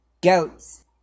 goats